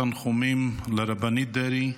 תנחומים לרבנית דרעי,